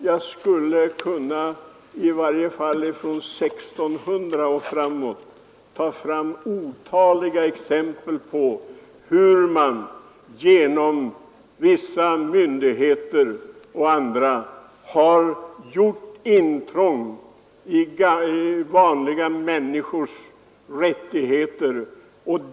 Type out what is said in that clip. Jag skulle i varje fall från 1600 och framåt kunna ta fram otaliga exempel på hur man genom vissa myndigheter och andra har gjort intrång i vanliga människors rättigheter.